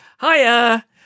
Hiya